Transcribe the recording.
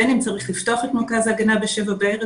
בין אם צריך לפתוח את מרכז ההגנה ב-19:00 בערב,